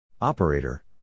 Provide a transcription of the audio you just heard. Operator